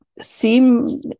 seem